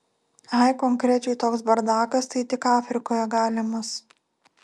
ai konkrečiai toks bardakas tai tik afrikoje galimas